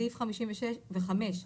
סעיף 55,